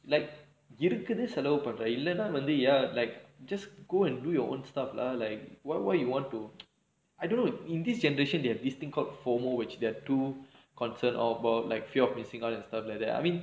like இருக்குது செலவு பண்றேன் இல்லேனா வந்து:irukkuthu selavu pandraen illaenaa ya like just go and do your own stuff lah like what what you want to I don't know if in this generation they have this thing called FOMO which there too concerned or about like fear of missing out and stuff like that I mean